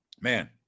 Man